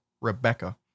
Rebecca